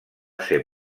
ser